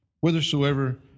whithersoever